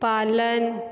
पालन